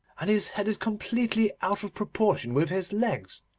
and his head is completely out of proportion with his legs.